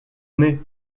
nez